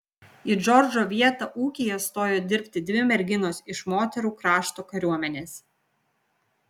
į džordžo vietą ūkyje stojo dirbti dvi merginos iš moterų krašto kariuomenės